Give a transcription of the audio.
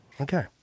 okay